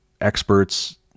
experts